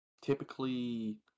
Typically